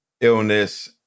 illness